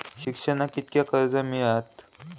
शिक्षणाक कीतक्या कर्ज मिलात?